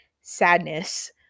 sadness